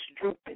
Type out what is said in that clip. drooping